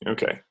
Okay